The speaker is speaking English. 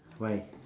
why